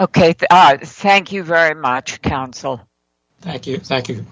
ok thank you very much counsel thank you thank you